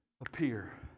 appear